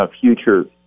future